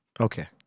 Okay